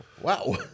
Wow